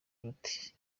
ruti